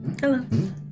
Hello